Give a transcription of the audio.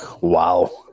Wow